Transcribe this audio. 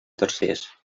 tercers